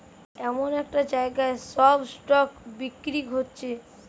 এমন একটা জাগায় সব স্টক বিক্রি হচ্ছে